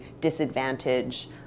disadvantage